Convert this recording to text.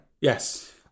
Yes